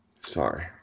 Sorry